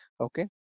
Okay